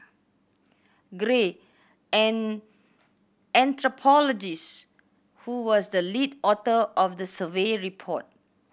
gray an anthropologist who was the lead author of the survey report